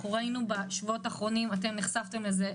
בשבועות האחרונים אתם נחשפתם לזה,